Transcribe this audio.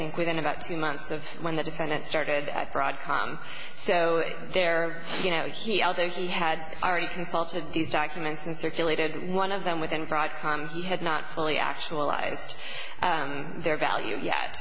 think within about two months of when the defendant started at broadcom so there you know he although he had already consulted these documents and circulated one of them within broadcom he had not fully actualized their value yet